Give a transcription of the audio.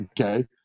Okay